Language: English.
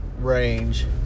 range